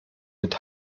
mit